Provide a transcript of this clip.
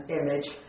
image